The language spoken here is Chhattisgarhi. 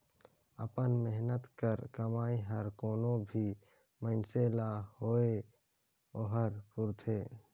अपन मेहनत कर कमई हर कोनो भी मइनसे ल होए ओहर पूरथे